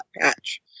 patch